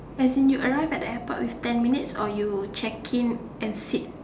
as in you arrive in the airport with ten minutes or you check in and sit